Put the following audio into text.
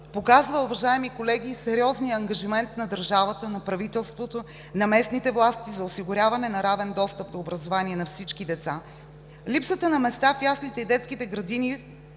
показва, уважаеми колеги, сериозния ангажимент на държавата, на правителството, на местните власти за осигуряване на равен достъп до образование на всички деца. Липсата на места в яслите и детските градини